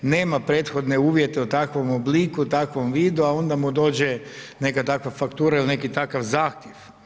Nema prethodne uvjete o takvom obliku, takvom vidu, a onda mu dođe neka takva faktura ili neki takav zahtjev.